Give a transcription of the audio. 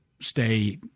stay